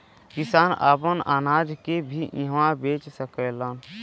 किसान आपन अनाज के भी इहवां बेच सकेलन